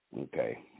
Okay